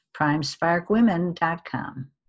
primesparkwomen.com